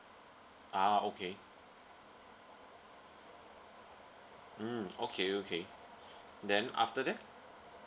ah okay mm okay okay then after that